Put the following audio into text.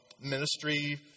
ministry